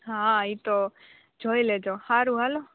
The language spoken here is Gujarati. હા એ તો જોઈ લેજો સારું ચાલો